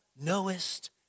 knowest